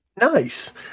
Nice